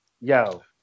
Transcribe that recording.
yo